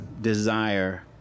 desire